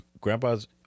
grandpa's